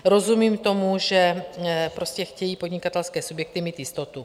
Rozumím tomu, že chtějí podnikatelské subjekty mít jistotu.